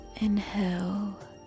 Inhale